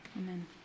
Amen